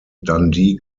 dundee